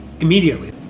immediately